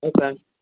Okay